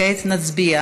כעת נצביע